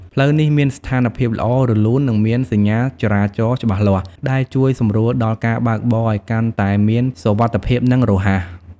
ផ្លូវនេះមានស្ថានភាពល្អ រលូន និងមានសញ្ញាចរាចរណ៍ច្បាស់លាស់ដែលជួយសម្រួលដល់ការបើកបរឲ្យកាន់តែមានសុវត្ថិភាពនិងរហ័ស។